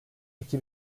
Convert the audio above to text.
iki